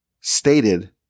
stated